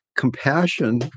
Compassion